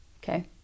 Okay